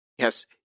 Yes